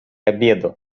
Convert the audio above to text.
обеду